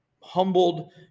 humbled